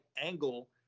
angle